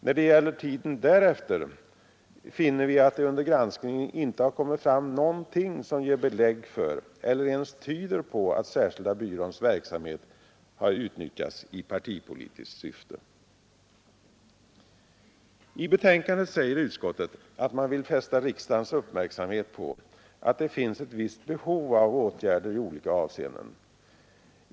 När det gäller tiden därefter finner vi att det under granskningen inte har kommit fram någonting som ger belägg för eller ens tyder på att särskilda byråns verksamhet har utnyttjats i partipolitiskt syfte. I betänkandet säger utskottet att man vill fästa riksdagens uppmärksamhet på att det finns ett visst behov av åtgärder i olika avseenden.